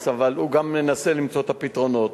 אבל הוא גם מנסה למצוא את הפתרונות.